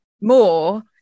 more